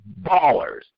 ballers